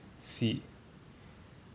C